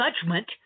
judgment